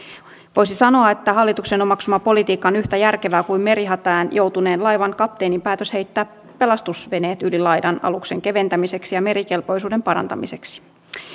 voisi sanoa että hallituksen omaksuma politiikka on yhtä järkevää kuin merihätään joutuneen laivan kapteenin päätös heittää pelastusveneet yli laidan aluksen keventämiseksi ja merikelpoisuuden parantamiseksi